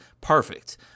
perfect